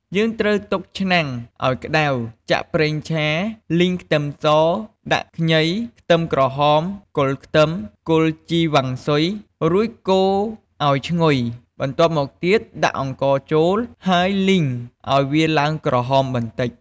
យើងត្រូវទុកឆ្នាំងឱ្យក្ដៅ ចាក់ប្រេងឆា លីង ខ្ទឹមស ដាក់ ខ្ញី ខ្ទឹមក្រហម គល់ខ្ទឹម គល់ជីវ៉ាន់ស៊ុយ រួចកូរឱ្យឈ្ងុយ បន្ទាប់មកទៀតដាក់អង្ករចូល ហើយលីងឱ្យវាឡើងក្រហមបន្តិច។